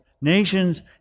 nations